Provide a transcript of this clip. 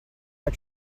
are